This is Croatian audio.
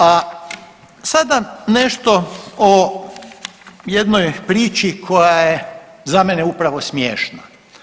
A sada nešto o jednoj priči koja je za mene upravo smiješna.